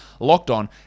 LOCKEDON